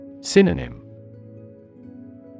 Synonym